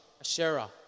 Asherah